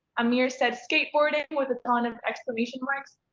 amir said skateboarding with a ton of exclamation marks.